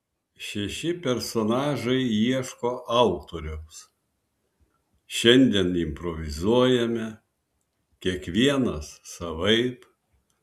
šeši personažai ieško autoriaus šiandien improvizuojame kiekvienas savaip